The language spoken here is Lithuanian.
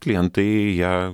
klientai ją